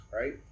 right